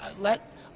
let